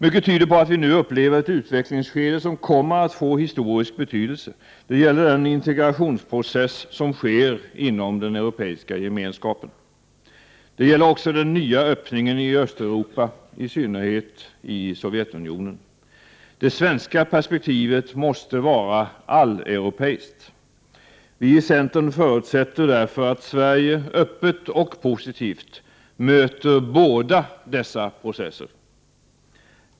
Mycket tyder på att vi nu upplever ett utvecklingsskede som kommer att få historisk betydelse. Det gäller den integrationsprocess som sker inom den europeiska gemenskapen. Det gäller också den nya öppningen i Östeuropa, i synnerhet i Sovjetunionen. Det svenska perspektivet måste vara alleuropeiskt. Vi i centern förutsätter därför att Sverige öppet och positivt möter båda dessa processer.